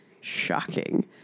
Shocking